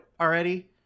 already